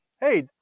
hey